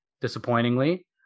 Disappointingly